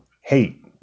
hate